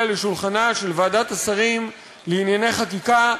לשולחנה של ועדת השרים לענייני חקיקה,